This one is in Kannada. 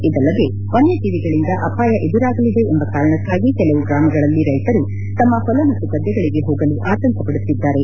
ಇದಲ್ಲದೇ ವನ್ನಜೀವಿಗಳಿಂದ ಅಪಾಯ ಎದುರಾಗಲಿದೆ ಎಂಬ ಕಾರಣಕ್ಕಾಗಿ ಕೆಲವು ಗ್ರಾಮಗಳಲ್ಲಿ ರೈತರು ತಮ್ಮ ಹೊಲ ಮತ್ತು ಗದ್ಲೆಗಳಿಗೆ ಹೋಗಲು ಆತಂಕ ಪಡುತ್ತಿದ್ದಾರೆ